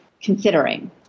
considering